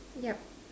yup